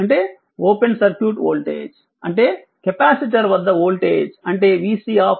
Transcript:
అంటే open circuit voltage అంటే capacitor వద్ద వోల్టేజ్ అంటే vC∞